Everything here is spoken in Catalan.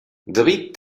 david